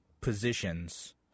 positions